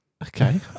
Okay